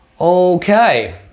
Okay